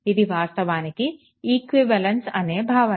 ఇది వాస్తవానికి ఈక్వివలెన్స్ అనే భావన